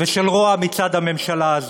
ושל רוע מצד הממשלה הזאת.